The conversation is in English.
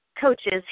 coaches